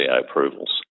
approvals